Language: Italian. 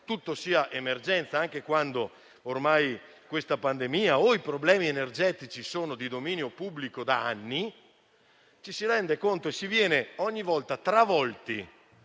tutto sia emergenza anche quando ormai la pandemia o i problemi energetici sono di dominio pubblico da anni, ci si rende conto e si viene ogni volta travolti